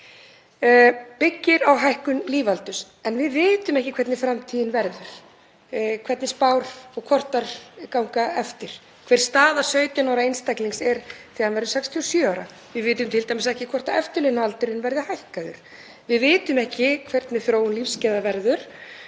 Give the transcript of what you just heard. byggir á hækkun lífaldurs en við vitum ekki hvernig framtíðin verður, hvort spár ganga eftir, hver staða 17 ára einstaklings verður þegar hann verður 67 ára. Við vitum t.d. ekki hvort eftirlaunaaldur verður hækkaður. Við vitum ekki hver þróun lífsgæða verður